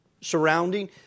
Surrounding